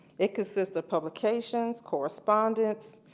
it consists of publications, correspondence,